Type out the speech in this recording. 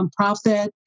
nonprofit